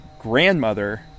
grandmother—